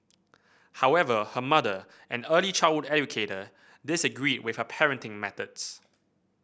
however her mother an early childhood educator disagreed with her parenting methods